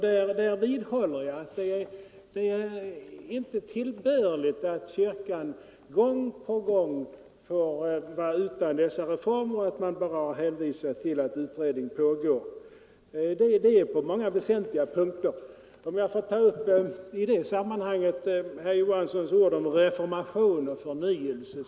Där vidhåller jag att det inte är tillbörligt att kyrkan gång på gång på väsentliga punkter får vara utan reformer. Jag vill i det här sammanhanget ta upp herr Johanssons i Trollhättan ord om reformation och förnyelse.